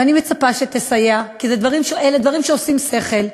ואני מצפה שתסייע, כי אלה דברים שעושים שכל.